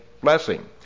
Blessing